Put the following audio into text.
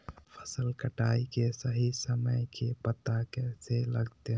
फसल कटाई के सही समय के पता कैसे लगते?